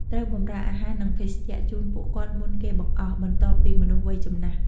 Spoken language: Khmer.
ត្រូវបម្រើអាហារ និងភេសជ្ជៈជូនពួកគាត់មុនគេបង្អស់ បន្ទាប់ពីមនុស្សវ័យចំណាស់ ។